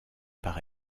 par